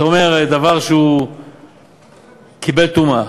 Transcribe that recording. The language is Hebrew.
אתה אומר, דבר שקיבל טומאה,